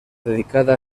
dedicada